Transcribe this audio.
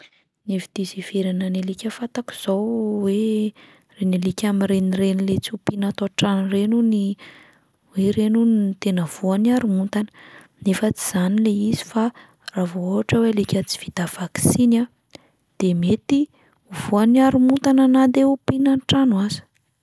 Ny hevi-diso iheverana ny alika fantako izao hoe: ny alika mirenireny tsy ompiana ato an-trano ireny hony, hoe ireny hono no tena voan'ny haromontana nefa tsy zany 'lay izy fa raha vao ohatra hoe alika tsy vita vaksiny a, de mety ho voan'ny haromontana na de ompiana an-trano aza.